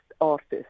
artist